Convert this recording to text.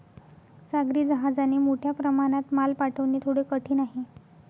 सागरी जहाजाने मोठ्या प्रमाणात माल पाठवणे थोडे कठीण आहे